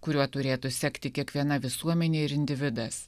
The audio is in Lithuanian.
kuriuo turėtų sekti kiekviena visuomenė ir individas